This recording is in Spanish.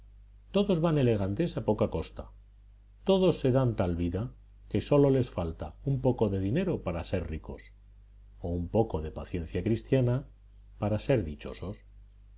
todos van elegantes a poca costa todos se dan tal vida que sólo les falta un poco de dinero para ser ricos o un poco de paciencia cristiana para ser dichosos